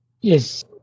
yes